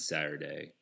Saturday